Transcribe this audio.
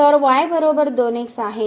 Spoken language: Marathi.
तर y 2 x आहे